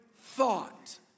thought